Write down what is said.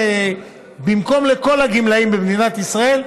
במקום לכל הגמלאים במדינת ישראל,